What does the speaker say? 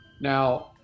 Now